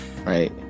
right